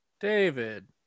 David